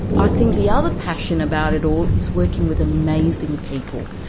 i think the other passion about it all is working with amazing people,